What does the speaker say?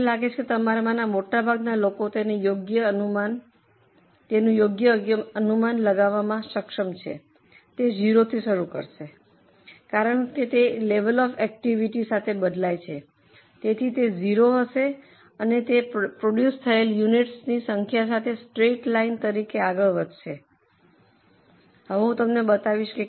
મને લાગે છે કે તમારામાંના મોટાભાગના લોકો તેનો યોગ્ય અનુમાન લગાવવામાં સક્ષમ છે તે 0 થી શરૂ થશે કારણ કે તે લેવલ ઑફ એકટીવીટી સાથે બદલાય છે તેથી તે 0 હશે અને તે પ્રોડ્યૂસ થયેલ યુનિટ્સની સંખ્યા સાથે સ્ટ્રેઈટ લાઈન તરીકે આગળ વધશે હવે હું તમને બતાવીશ